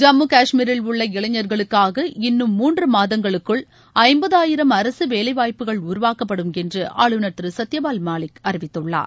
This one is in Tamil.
ஜம்மு காஷ்மீரில் உள்ள இளைஞர்களுக்காக இன்னும் மூன்று மாதங்களுக்குள் ஜம்பதாயிரம் அரசு வேலைவாய்ப்புகள் உருவாக்கப்படும் என்று ஆளுநர் திரு சத்யபால் மாலிக் அறிவித்துள்ளார்